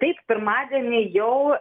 taip pirmadienį jau